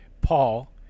Paul